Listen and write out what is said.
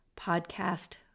podcast